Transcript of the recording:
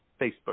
Facebook